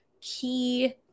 key